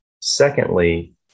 Secondly